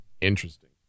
Interesting